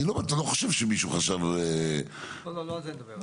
אתה לא חושב שמישהו חשב --- לא על זה אני מדבר,